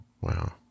Wow